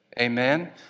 amen